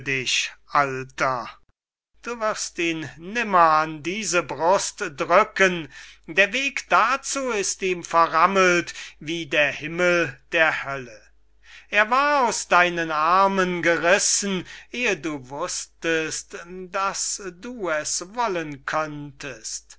dich alter du wirst ihn nimmer an diese brust drücken der weg dazu ist ihm verrammelt wie der himmel der hölle er war aus deinen armen gerissen ehe du wußtest daß du es wollen könntest